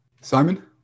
Simon